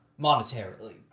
monetarily